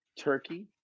turkey